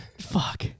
Fuck